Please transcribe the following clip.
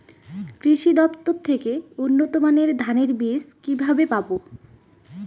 কৃষি দফতর থেকে উন্নত মানের ধানের বীজ কিভাবে পাব?